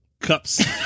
cups